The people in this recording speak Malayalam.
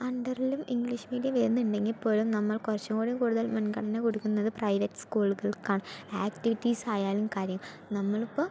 അണ്ടറിലും ഇംഗ്ലീഷ് മീഡിയം വരുന്നുണ്ടെങ്കിൽ പോലും നമ്മൾ കുറച്ചും കൂടി കൂടുതൽ മുൻഗണന കൊടുക്കുന്നത് പ്രൈവറ്റ് സ്കൂളുകൾക്കാണ് ആക്ടിവിറ്റീസ് ആയാലും കാര്യം നമ്മളിപ്പോൾ